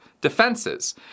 defenses